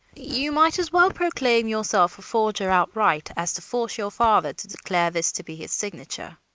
you might as well proclaim yourself a forger outright, as to force your father to declare this to be his signature,